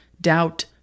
doubt